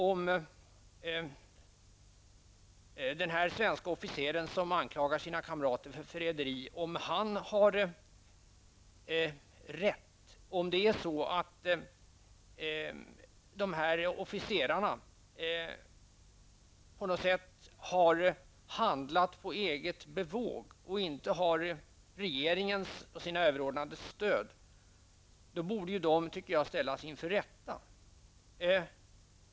Om den här svenske officeren som anklagar sina kamrater för förräderi har rätt, om kamraterna på något sätt har handlat på eget bevåg och inte har regeringens och sina överordnades stöd, borde de ställas inför rätta, tycker jag.